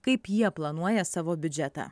kaip jie planuoja savo biudžetą